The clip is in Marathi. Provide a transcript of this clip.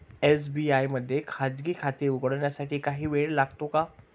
एस.बी.आय मध्ये खाजगी खाते उघडण्यासाठी काही वेळ लागतो का?